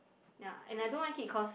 ya and I don't like it cause